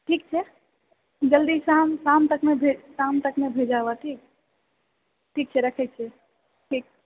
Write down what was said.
ठीक छै जल्दीसँ शाम शाम तकमे भे शाम तकमे भेजाउ ठीक ठीक छै रखैत छिऐ ठीक